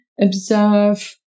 observe